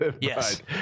Yes